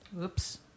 Oops